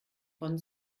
von